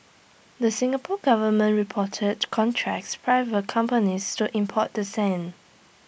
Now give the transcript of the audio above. the Singapore Government reported contracts private companies to import the sand